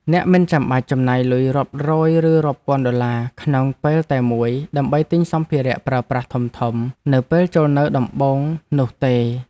អ្នកមិនចាំបាច់ចំណាយលុយរាប់រយឬរាប់ពាន់ដុល្លារក្នុងពេលតែមួយដើម្បីទិញសម្ភារៈប្រើប្រាស់ធំៗនៅពេលចូលនៅដំបូងនោះទេ។